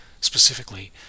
specifically